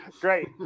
great